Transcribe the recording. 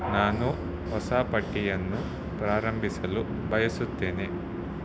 ನಾನು ಹೊಸ ಪಟ್ಟಿಯನ್ನು ಪ್ರಾರಂಭಿಸಲು ಬಯಸುತ್ತೇನೆ